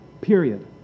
Period